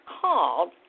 called